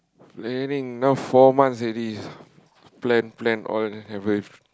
planning now four months already plan plan all haven't